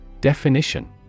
Definition